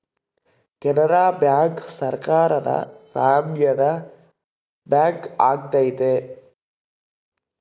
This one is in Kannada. ಕೆನರಾ ಬ್ಯಾಂಕ್ ಸರಕಾರದ ಸಾಮ್ಯದ ಬ್ಯಾಂಕ್ ಆಗೈತೆ